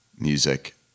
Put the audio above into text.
music